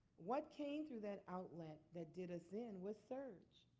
what came through that outlet that did us in was surge.